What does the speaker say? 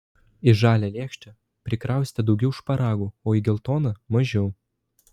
į žalią lėkštę prikrausite daugiau šparagų o į geltoną mažiau